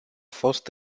fost